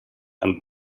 and